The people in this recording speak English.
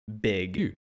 big